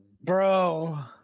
Bro